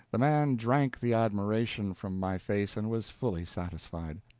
the man drank the admiration from my face, and was fully satisfied.